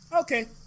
Okay